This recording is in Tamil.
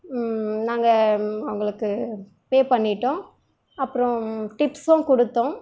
நாங்கள் அவங்களுக்கு பே பண்ணிவிட்டோம் அப்புறோம் டிப்ஸும் கொடுத்தோம்